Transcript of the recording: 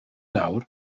nawr